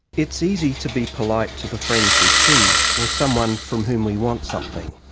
it's easy to be polite to the friends we choose or someone from whom we want something.